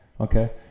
Okay